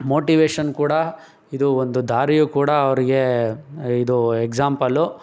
motivation ಕೂಡ ಇದು ಒಂದು ದಾರಿಯೂ ಕೂಡ ಅವರಿಗೆ ಇದು ಎಕ್ಸಾಂಪಲು